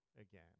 again